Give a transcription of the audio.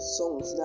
songs